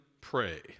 pray